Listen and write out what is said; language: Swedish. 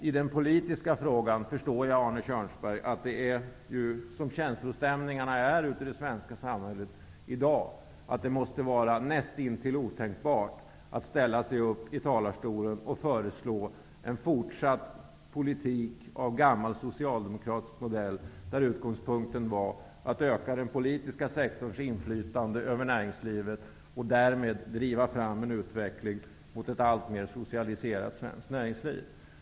I den politiska frågan förstår jag Arne Kjörnsberg, för som känslostämningarna är ute i det svenska samhället i dag måste det vara nästintill otänkbart att ställa sig i talarstolen och föreslå en fortsatt politik av gammal socialdemokratisk modell, där utgångspunkten var att öka den politiska sektorns inflytande över näringslivet och därmed driva fram en utveckling mot ett alltmer socialiserat svenskt näringsliv.